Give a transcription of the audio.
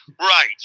Right